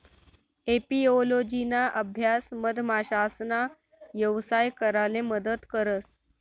एपिओलोजिना अभ्यास मधमाशासना यवसाय कराले मदत करस